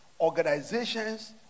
organizations